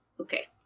okay